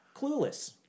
Clueless